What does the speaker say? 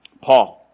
Paul